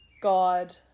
god